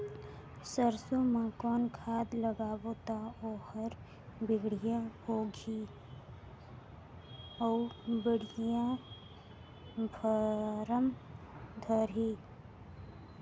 सरसो मा कौन खाद लगाबो ता ओहार बेडिया भोगही अउ बेडिया फारम धारही?